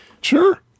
Sure